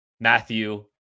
Matthew